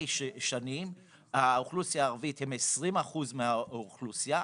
שנים האוכלוסייה הערבית היא כ-20% מהאוכלוסייה,